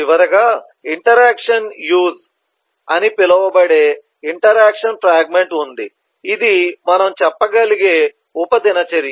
చివరగా interaction use అని పిలువబడే ఇంటరాక్షన్ ఫ్రాగ్మెంట్ ఉంది ఇది మనం చెప్పగలిగే ఉప దినచర్య